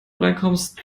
reinkommst